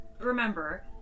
remember